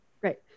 great